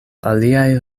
aliaj